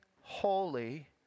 holy